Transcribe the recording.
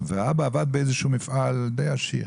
והאבא עבד באיזשהו מפעל די עשיר